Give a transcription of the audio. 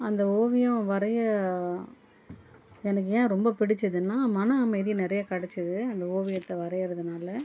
அந்த ஓவியம் வரைய எனக்கு ஏன் ரொம்ப பிடிச்சதுன்னா மன அமைதி நிறைய கிடைச்சிது அந்த ஓவியத்தை வரையுறதுனால